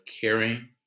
caring